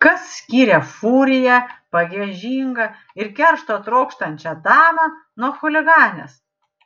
kas skiria furiją pagiežingą ir keršto trokštančią damą nuo chuliganės